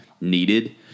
needed